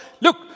Look